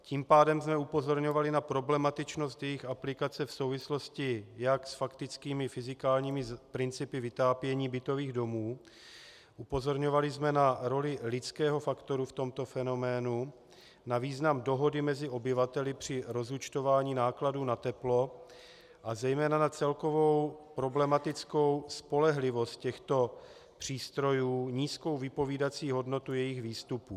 Tím pádem jsme upozorňovali na problematičnost jejich aplikace v souvislosti jak s faktickými fyzikálními principy vytápění bytových domů, upozorňovali jsme na roli lidského faktoru v tomto fenoménu, na význam dohody mezi obyvateli při rozúčtování nákladů na teplo a zejména na celkovou problematickou spolehlivost těchto přístrojů, nízkou vypovídací hodnotu jejich výstupů.